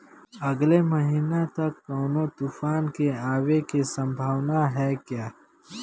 अगले महीना तक कौनो तूफान के आवे के संभावाना है क्या?